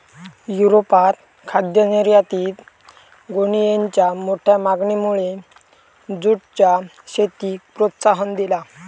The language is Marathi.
युरोपात खाद्य निर्यातीत गोणीयेंच्या मोठ्या मागणीमुळे जूटच्या शेतीक प्रोत्साहन दिला